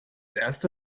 erste